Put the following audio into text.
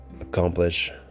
accomplish